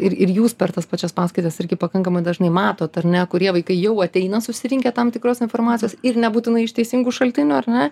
ir ir jūs per tas pačias paskaitas irgi pakankamai dažnai matot ar ne kurie vaikai jau ateina susirinkę tam tikros informacijos ir nebūtinai iš teisingų šaltinių ar ne